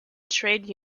trade